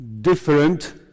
Different